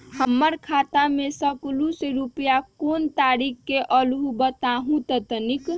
हमर खाता में सकलू से रूपया कोन तारीक के अलऊह बताहु त तनिक?